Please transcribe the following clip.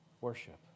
worship